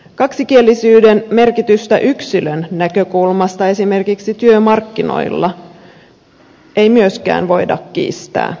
kaksikielisyyden merkitystä yksilön näkökulmasta esimerkiksi työmarkkinoilla ei myöskään voida kiistää